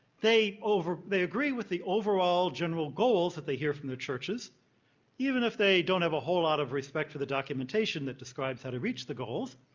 they over they agree with the overall general goals that they hear from the churches even if they don't have a whole lot of respect for the documentation that describes how to reach the goals.